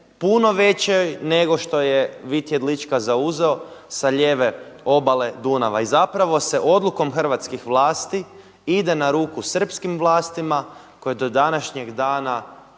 punoj većoj nego što je Vit Jedlička zauzeo sa lijeve obale Dunava. I zapravo se odlukom hrvatskih vlasti ide na ruku srpskim vlastima koje do današnjeg dana